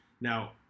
Now